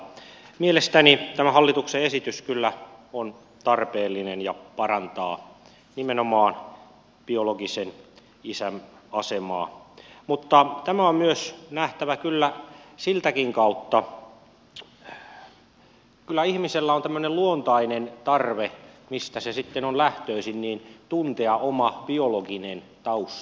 mielestäni tämä hallituksen esitys on kyllä tarpeellinen ja parantaa nimenomaan biologisen isän asemaa mutta tämä on nähtävä kyllä siltäkin kannalta että kyllä ihmisellä on tämmöinen luontainen tarve mistä se sitten on lähtöisin tuntea oma biologinen taustansa